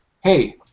hey